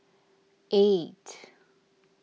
eight